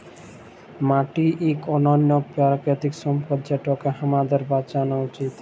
মাটি ইক অলল্য পেরাকিতিক সম্পদ যেটকে আমাদের বাঁচালো উচিত